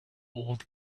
old